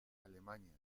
alemania